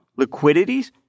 liquidities